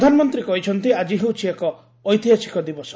ପ୍ରଧାନମନ୍ତ୍ରୀ କହିଛନ୍ତି ଆଜି ହେଉଛି ଏକ ଐତିହାସିକ ଦିବସ